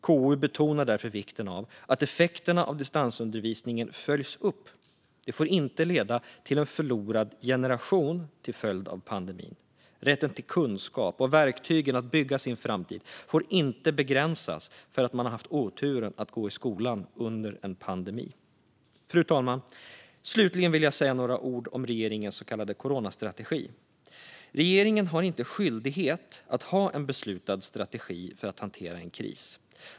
KU betonar därför vikten av att effekterna av distansundervisningen följs upp. Detta får inte leda till en "förlorad generation" till följd av pandemin. Rätten till kunskap och verktygen att bygga sin framtid får inte begränsas för att man haft oturen att gå i skolan under en pandemi. Fru talman! Slutligen vill jag säga några ord om regeringens så kallade coronastrategi. Regeringen har inte skyldighet att ha en beslutad strategi för att hantera en kris.